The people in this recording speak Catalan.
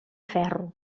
ferro